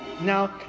now